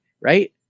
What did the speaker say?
right